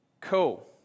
Cool